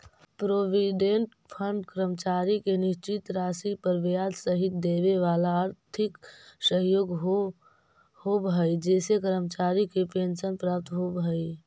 provident fund कर्मचारी के निश्चित राशि पर ब्याज सहित देवेवाला आर्थिक सहयोग होव हई जेसे कर्मचारी के पेंशन प्राप्त होव हई